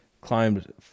climbed